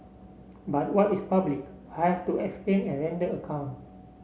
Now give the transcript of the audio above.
but what is public I have to explain and render account